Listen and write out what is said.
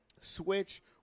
switch